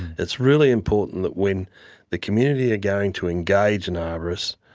it's really important that when the community are going to engage an arborist,